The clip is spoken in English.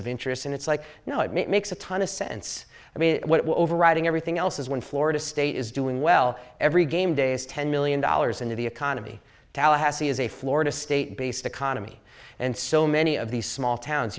of interest and it's like you know it makes a ton of sense i mean what overriding everything else is when florida state is doing well every game days ten million dollars into the economy tallahassee is a florida state based economy and so many of these small towns